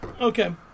Okay